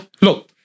Look